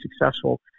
successful